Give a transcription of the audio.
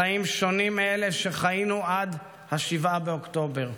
חיים שונים מאלה שחיינו עד 7 באוקטובר,